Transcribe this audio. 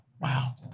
Wow